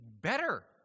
better